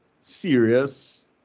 serious